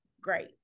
Great